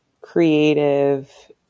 creative